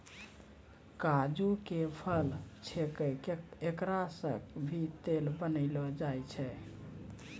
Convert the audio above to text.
काजू के फल छैके एकरा सॅ भी तेल बनैलो जाय छै